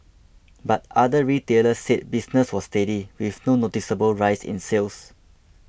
but other retailers said business was steady with no noticeable rise in sales